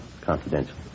Confidential